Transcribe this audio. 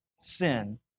sin